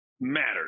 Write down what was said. matters